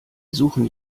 suchen